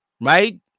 right